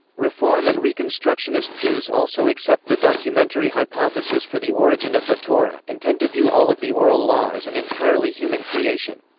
reform and reconstructionist jews also accept the documentary hypothesis for the origin of the torah, and tend to view all of the oral law as an entirely human creation.